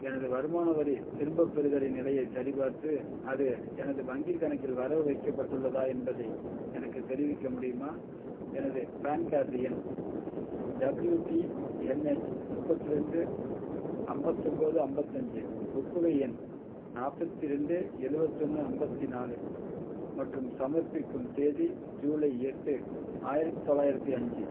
எனது வருமான வரி திரும்பப்பெறுதலின் நிலையைச் சரிபார்த்து அது எனது வங்கிக் கணக்கில் வரவு வைக்கப்பட்டுள்ளதா என்பதை எனக்குத் தெரிவிக்க முடியுமா எனது பான் கார்டு எண் டபிள்யூடிஎன்ஹெச் முப்பத்து ரெண்டு அம்பத்தொம்பது அம்பத்தஞ்சு ஒப்புகை எண் நாற்பத்தி ரெண்டு எழுவத்தொன்னு ஐம்பத்தி நாலு மற்றும் சமர்ப்பிக்கும் தேதி ஜூலை எட்டு ஆயிரத்து தொள்ளாயிரத்தி அஞ்சு